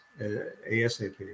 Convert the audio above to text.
ASAP